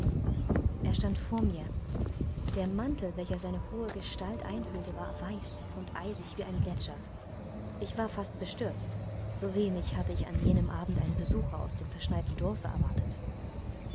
er stand vor mir der mantel welcher seine hohe gestalt einhüllte war weiß und eisig wie ein gletscher ich war fast bestürzt so wenig hatte ich an jenem abend einen besucher aus dem verschneiten dorfe erwartet